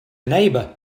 neighbour